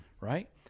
Right